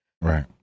Right